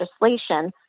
legislation